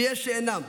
ויש שאינם.